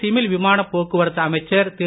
civil விமானப் போக்குவரத்து அமைச்சர் திரு